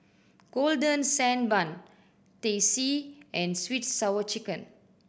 Golden Sand Bun Teh C and sweet sour chicken